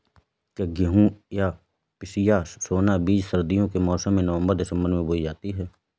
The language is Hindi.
क्या गेहूँ या पिसिया सोना बीज सर्दियों के मौसम में नवम्बर दिसम्बर में बोई जाती है?